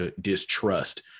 distrust